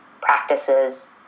practices